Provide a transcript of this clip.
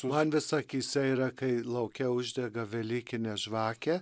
man vis akyse yra kai lauke uždega velykinę žvakę